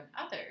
others